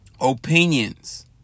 opinions